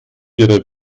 ihrer